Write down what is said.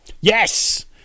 Yes